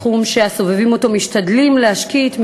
תחום שהסובבים אותו משתדלים להשקיט,